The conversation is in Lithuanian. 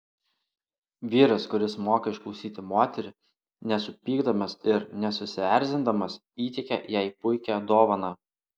vyras kuris moka išklausyti moterį nesupykdamas ir nesusierzindamas įteikia jai puikią dovaną